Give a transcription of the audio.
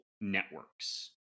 networks